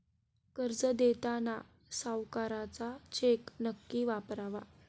कर्ज देताना सावकाराचा चेक नक्की वापरावा